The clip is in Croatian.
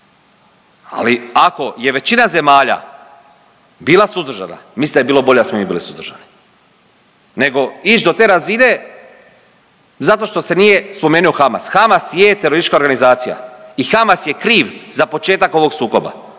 Ali, ako je većina zemalja bila suzdržana, mislim da je bilo bolje da smo i mi bili suzdržani, nego ići do te razine zato što se nije spomenuo Hamas. Hamas je teroristička organizacija i Hamas je kriv za početak ovog sukoba,